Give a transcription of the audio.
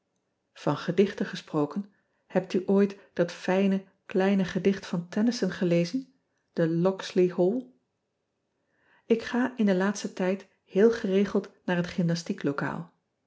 an gedichten gesproken hebt ooit dat fijne kleine gedicht van ennyson gelezen de ocksley all k ga in den laatsten tijd heel geregeld naar het